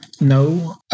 No